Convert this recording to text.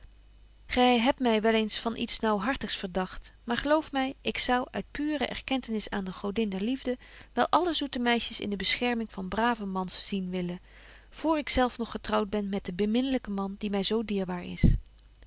gy hebt my wel eens van iets naauwhartigs verdagt maar geloof my ik zou uit pure erkentenis aan de godin der liefde wel alle zoete meisjes in de bescherming van brave mans zien willen vr ik zelf nog getrouwt ben met den beminlyken man die my zo dierbaar is